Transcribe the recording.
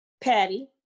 Patty